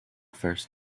first